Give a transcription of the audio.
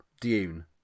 Dune